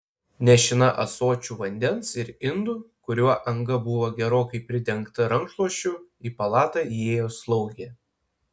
nešina ąsočiu vandens ir indu kurio anga buvo gerokai pridengta rankšluosčiu į palatą įėjo slaugė